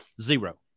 Zero